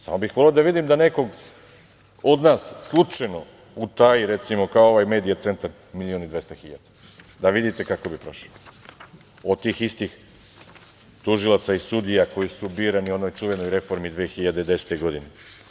Samo bih voleo da vidim da neko od nas slučajno utaji recimo kao ovaj Medija centar milion i 200 hiljada da vidite kako bi prošli od tih istih tužilaca ili sudija koji su birani u onoj čuvenoj reformi iz 2010. godine.